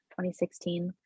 2016